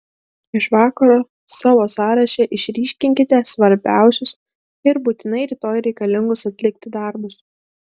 iš vakaro savo sąraše išryškinkite svarbiausius ir būtinai rytoj reikalingus atlikti darbus